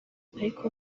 ariko